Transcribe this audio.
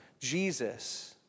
Jesus